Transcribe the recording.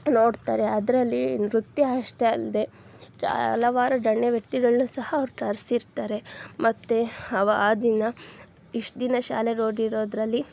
ನೋಡ್ತಾರೆ ಅದರಲ್ಲಿ ನೃತ್ಯ ಅಷ್ಟೇ ಅಲ್ಲದೆ ಹಲವಾರು ಗಣ್ಯವ್ಯಕ್ತಿಗಳನ್ನ ಸಹ ಅವ್ರು ಕರೆಸಿರ್ತಾರೆ ಮತ್ತು ಅವ ಆ ದಿನ ಇಷ್ಟು ದಿನ ಶಾಲೆಗೆ ಹೋಗಿರೋದ್ರಲ್ಲಿ